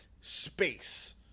space